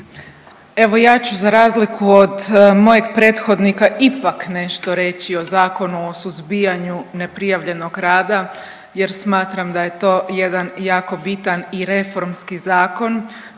Evo ja ću za razliku od mojeg prethodnika ipak nešto reći o Zakonu o suzbijanju neprijavljenog rada jer smatram da je to jedan jako bitan i reformski zakon